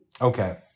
Okay